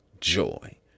joy